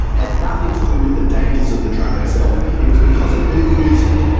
had nothing to do with the dangers of the drug itself it was because of who used it.